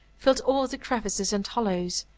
filled all the crevices and hollows,